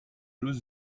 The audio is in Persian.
روز